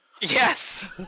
Yes